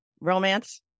romance